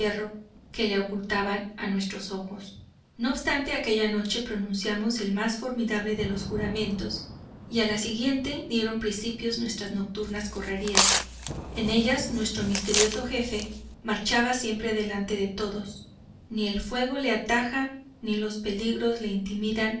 que la ocultaba a nuestros ojos no obstante aquella noche pronunciamos el más formidable de los juramentos y a la siguiente dieron principio nuestras nocturnas correrías en ellas nuestro misterioso jefe marcha siempre delante de todos ni el fuego le ataja ni los peligros le intimidan